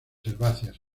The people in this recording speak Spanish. herbáceas